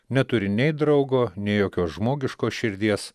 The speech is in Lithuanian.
neturi nei draugo nei jokios žmogiškos širdies